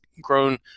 grown